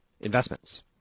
investments